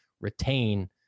retain